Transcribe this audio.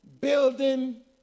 building